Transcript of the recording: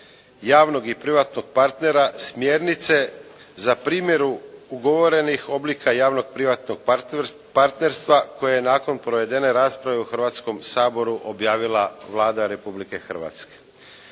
javnog i privatnog partnera smjernice za primjenu ugovorenih oblika javno-privatnog partnerstva koje je nakon provedene rasprave u Hrvatskom saboru objavila Vlada Republike Hrvatske.